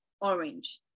orange